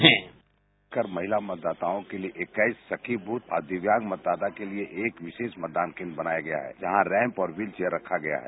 sound bite Kamal Nayan महिला मतदाताओ के लिए इक्कीस सखी बूथ और दिव्यांग मतदाता के लिए एक विशेष मतदान केन्द्र बनाया गया है जहां रैंप और रहीलचेयर रखा गया है